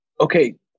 okay